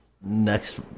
next